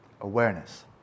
Awareness